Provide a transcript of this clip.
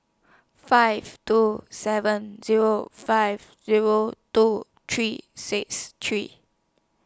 five two seven Zero five Zero two three six three